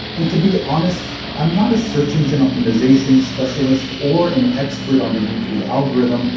and to be honest, i'm not a search engine optimization specialist or an expert on the youtube algorithm,